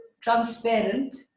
transparent